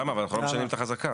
למה, אנחנו לא משנים את החזקה,